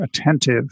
attentive